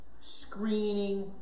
Screening